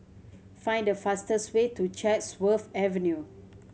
find the fastest way to Chatsworth Avenue